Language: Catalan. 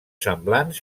semblants